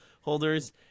holders